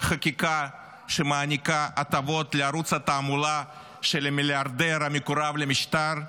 חקיקה שמעניקה הטבות לערוץ התעמולה של המיליארדר המקורב למשטר,